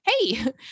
Hey